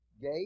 gate